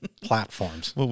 platforms